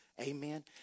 Amen